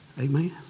Amen